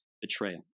betrayal